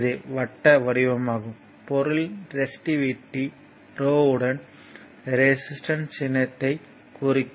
இது வட்டவடிவமாகவும் பொருள்யின் ரெசிஸ்டிவிட்டி ரோவுடன் ரெசிஸ்டன்ஸ் சின்னத்தைக் குறிக்கும்